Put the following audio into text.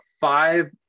five